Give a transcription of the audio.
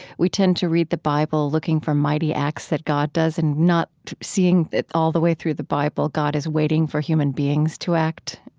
we tend to read the bible, looking for mighty acts that god does and not seeing that all the way through the bible, god is waiting for human beings to act.